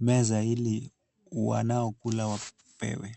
meza ili wanaokula wapewe.